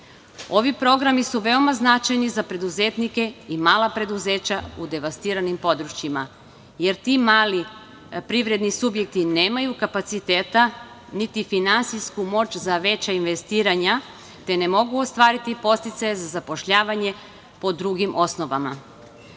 programi su veoma značajni za preduzetnike i mala preduzeća u devastiranim područjima, jer ti mali privredni subjekti nemaju kapaciteta, niti finansijsku moć za veća investiranja, te ne mogu ostvariti podsticaj za zapošljavanje po drugim osnovama. Imam